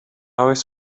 oes